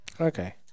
okay